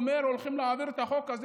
הוא אומר: הולכים להעביר את החוק הזה